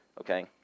Okay